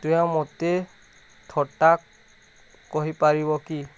ତୁମେ ମୋତେ ଥଟ୍ଟା କହିପାରିବ କି